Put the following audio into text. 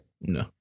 No